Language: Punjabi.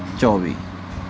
ਚੌਵੀ